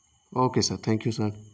okay sir thank you sir